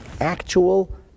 actual